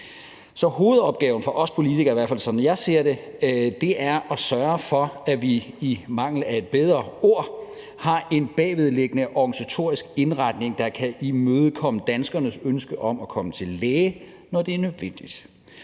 hvert fald som jeg ser det, er at sørge for, at vi – i mangel af et bedre ord – har en bagvedliggende organisatorisk indretning, der kan imødekomme danskernes ønske om at kunne komme til læge, når det er nødvendigt;